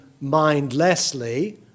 mindlessly